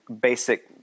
basic